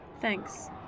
Thanks